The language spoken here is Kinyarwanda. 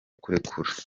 kurekura